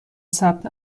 ثبت